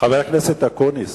חבר הכנסת אקוניס,